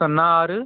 సున్నా ఆరు